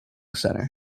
center